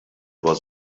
was